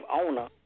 owner